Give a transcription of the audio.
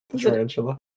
tarantula